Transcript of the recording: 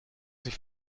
sich